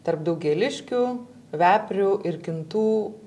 tarp daugeliškių veprių ir kintų